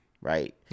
right